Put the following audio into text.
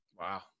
wow